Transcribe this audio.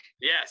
yes